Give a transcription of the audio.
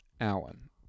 Alan